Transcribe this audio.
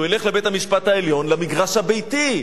שהוא ילך לבית-המשפט העליון, למגרש הביתי,